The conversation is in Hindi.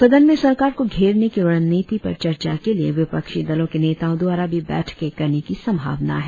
सदन में सरकार को घेरने की रणनीति पर चर्चा के लिए विपक्षी दलों के नेताओं द्वारा भी बैठकें करने की संभावना है